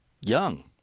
Young